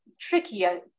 trickier